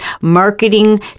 marketing